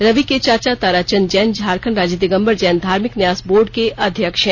रवि के चाचा ताराचन्द जैन झारखंड राज्य दिगम्बर जैन धार्मिक न्यास बोर्ड के अध्यक्ष हैं